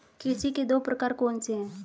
कृषि के दो प्रकार कौन से हैं?